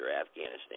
Afghanistan